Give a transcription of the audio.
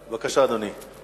בבקשה, אדוני.